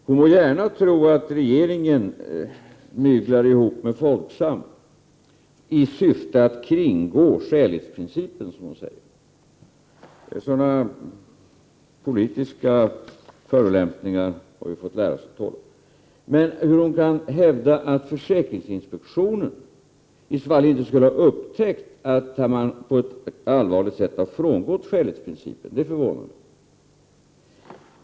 Hon må gärna tro att regeringen myglar ihop med Folksam i syfte att kringgå skälighetsprincipen, som hon säger. Sådana politiska förolämpningar har vi fått lära oss att tåla. Men hur hon kan hävda att försäkringsinspektionen i så fall inte skulle ha upptäckt att man på ett allvarligt sätt har frångått skälighetsprincipen, det förvånar mig.